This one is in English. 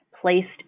placed